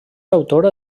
autora